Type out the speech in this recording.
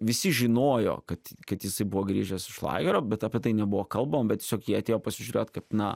visi žinojo kad kad jisai buvo grįžęs iš lagerio bet apie tai nebuvo kalbama bet tiesiog jie atėjo pasižiūrėti kad na